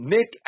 Nick